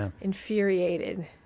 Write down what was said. infuriated